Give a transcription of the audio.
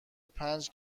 پنج